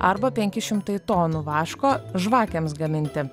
arba penki šimtai tonų vaško žvakėms gaminti